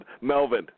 Melvin